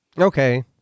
Okay